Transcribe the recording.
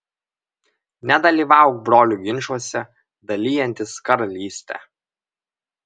nedalyvauk brolių ginčuose dalijantis karalystę